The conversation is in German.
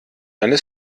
eine